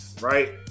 right